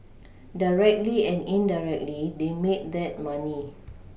directly and indirectly they made that money